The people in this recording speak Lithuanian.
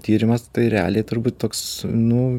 tyrimas tai realiai turbūt toks nu